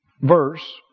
verse